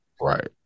Right